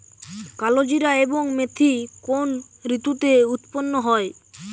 কালোজিরা এবং মেথি কোন ঋতুতে উৎপন্ন হয়?